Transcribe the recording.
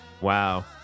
Wow